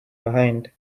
behind